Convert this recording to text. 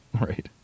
Right